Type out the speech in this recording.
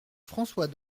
françois